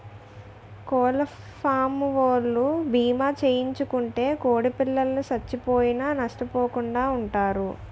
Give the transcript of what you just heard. కోళ్లఫారవోలు భీమా చేయించుకుంటే కోడిపిల్లలు సచ్చిపోయినా నష్టపోకుండా వుంటారు